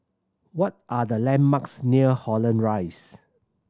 what are the landmarks near Holland Rise